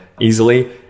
easily